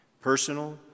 Personal